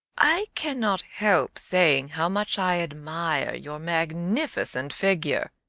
i cannot help saying how much i admire your magnificent figure.